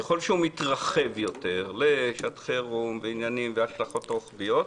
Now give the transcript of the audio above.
ככל שהוא מתרחב יותר לשעת חירום והשלכות רוחביות,